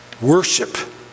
worship